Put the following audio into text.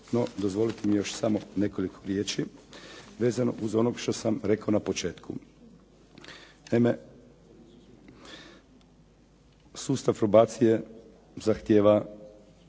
No dozvolite mi još samo nekoliko riječi vezano uz ono što sam rekao na početku. Naime, sustav probacije zahtijeva